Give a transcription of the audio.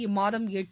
இம்மாதம் எட்டு